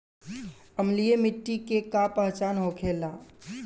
अम्लीय मिट्टी के का पहचान होखेला?